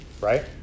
right